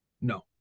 No